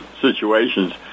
situations